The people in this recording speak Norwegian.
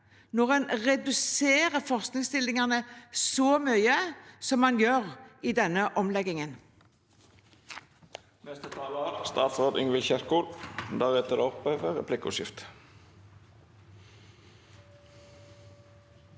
når en reduserer forskningsstillingene så mye som man gjør i denne omleggingen.